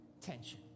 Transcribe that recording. tension